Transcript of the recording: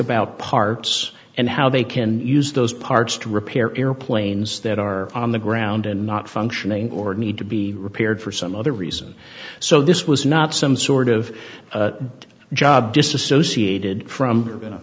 about parts and how they can use those parts to repair airplanes that are on the ground and not functioning or need to be repaired for some other reason so this was not some sort of job disassociated from